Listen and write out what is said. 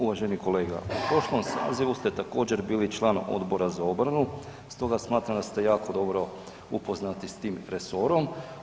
Uvaženi kolega, u prošlom sazivu ste također, bili član Odbora za obranu stoga smatram da ste jako dobro upoznati s tim resorom.